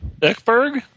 Eckberg